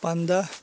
پنٛداہ